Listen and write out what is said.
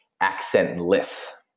accentless